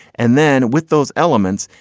and then with those elements,